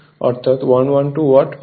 অর্থাৎ 112 ওয়াট হবে